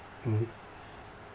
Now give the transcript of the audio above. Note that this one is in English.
mmhmm